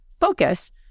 focus